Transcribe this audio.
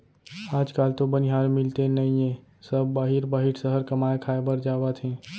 आज काल तो बनिहार मिलते नइए सब बाहिर बाहिर सहर कमाए खाए बर जावत हें